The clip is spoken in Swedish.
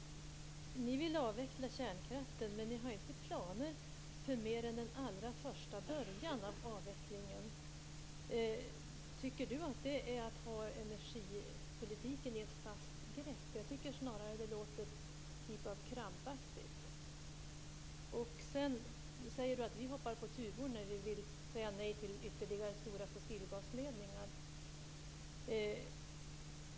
Ni vill avveckla kärnkraften, men ni har inga planer för mer än den allra första början av avvecklingen. Tycker Lennart Värmby att det är att ha energipolitiken i ett fast grepp? Jag tycker snarare att det låter som någon typ av krampaktighet. Sedan säger Lennart Värmby att vi hoppar på tuvor när vi vill säga nej till ytterligare fossilgasledningar.